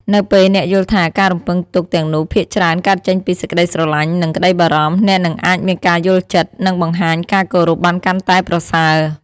នៅពេលអ្នកយល់ថាការរំពឹងទុកទាំងនោះភាគច្រើនកើតចេញពី សេចក្ដីស្រឡាញ់ និងក្ដីបារម្ភ អ្នកនឹងអាចមានការយល់ចិត្ត និងបង្ហាញការគោរពបានកាន់តែប្រសើរ។